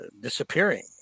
disappearing